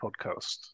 podcast